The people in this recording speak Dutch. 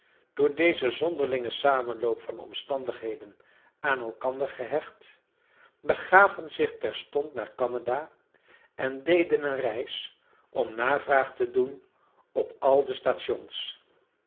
door dezen zonderlingen samenloop van omstandigheden aan elkander gehecht begaven zich terstond naar canada en deden een reis om navraag te doen op al de stations